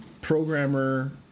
programmer